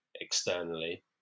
externally